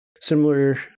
Similar